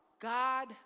God